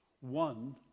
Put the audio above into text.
one